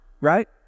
right